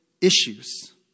issues